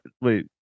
Wait